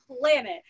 planet